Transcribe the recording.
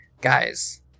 guys